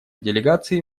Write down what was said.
делегации